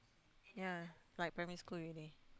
ya like primary school already